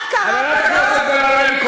למה לבזבז את הזמן?